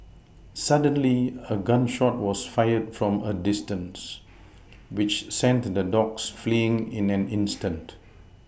suddenly a gun shot was fired from a distance which sent the dogs fleeing in an instant